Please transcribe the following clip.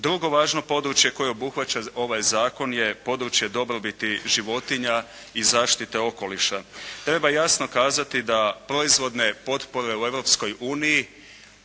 Drugo važno područje koje obuhvaća ovaj zakon, je područje dobrobiti životinja i zaštite okoliša. Treba jasno kazati da proizvodne potpore u